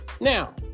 Now